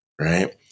right